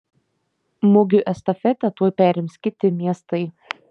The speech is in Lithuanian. mugių estafetę tuoj perims kiti miestai